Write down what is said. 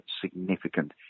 significant